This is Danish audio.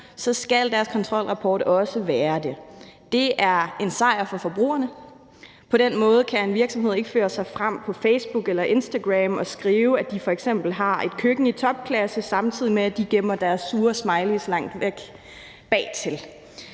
skal deres kontrolrapport også være det. Det er en sejr for forbrugerne. På den måde kan en virksomhed ikke føre sig frem på Facebook eller Instagram og skrive, at de f.eks. har et køkken i topklasse, samtidig med at de gemmer deres sure smileys langt væk bagtil.